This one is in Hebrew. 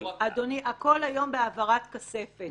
אדוני, היום הכול בהעברת כספת.